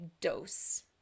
dose